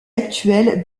actuel